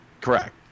Correct